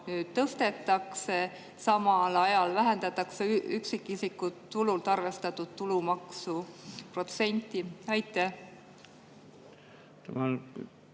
tõstetakse, samal ajal vähendatakse üksikisiku tulult arvestatud tulumaksu protsenti? Aitäh,